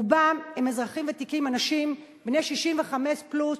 רובם הם אזרחים ותיקים בני 65 פלוס,